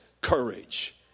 courage